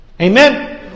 Amen